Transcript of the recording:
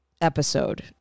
episode